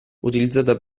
utilizzata